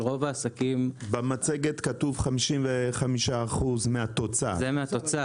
במצגת כתוב 55% מהתוצר.